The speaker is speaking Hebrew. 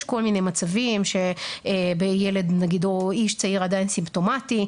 יש כל מיני מצבים שילד או איש צעיר עדיין סימפטומטי,